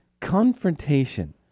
Confrontation